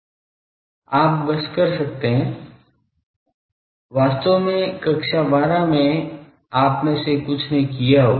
आप बस कर सकते हैं वास्तव में कक्षा 12 में आप में से कुछ ने किया होगा